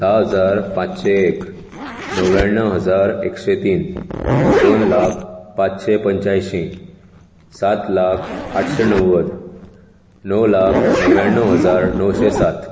धा हजार पाचशें एक णव्याणव हजार एकशे तीन दोन लाख पाचशें पंच्यायशीं सात लाख आठशें णव्वद णव लाख णव्याण्णव हजार णवशे सात